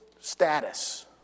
status